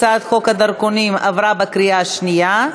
הצעת חוק הדרכונים עברה בקריאה שנייה.